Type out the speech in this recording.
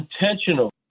intentional